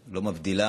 לא מבדילה